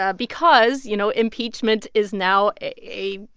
ah because, you know, impeachment is now a.